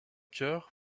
chœur